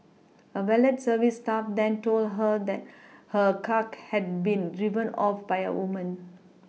a valet service staff then told her that her car had been driven off by a woman